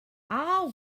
all